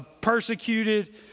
persecuted